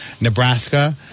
Nebraska